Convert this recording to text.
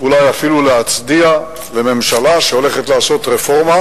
אולי אפילו להצדיע לממשלה שהולכת לעשות רפורמה.